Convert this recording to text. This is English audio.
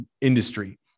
industry